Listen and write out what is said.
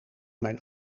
mijn